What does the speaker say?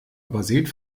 übersät